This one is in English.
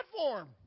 platform